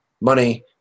money